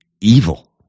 evil